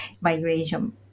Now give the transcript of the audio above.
migration